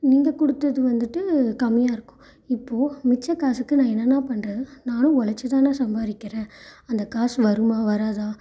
நீங்கள் கொடுத்தது வந்துவிட்டு கம்மியாக இருக்கும் இப்போது மிச்ச காசுக்கு நான் என்னண்ணா பண்ணுறது நானும் உழைச்சு தான சம்பாதிக்கிறேன் அந்த காசு வருமா வராதா